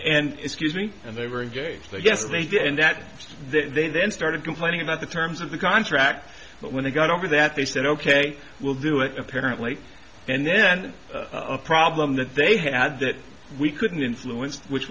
and excuse me and they were engaged yes they did and that they then started complaining about the terms of the contract but when they got over that they said ok we'll do it apparently and then a problem that they had that we couldn't influence which